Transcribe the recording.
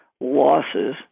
losses